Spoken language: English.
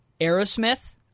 Aerosmith